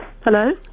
Hello